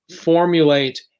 formulate